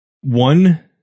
one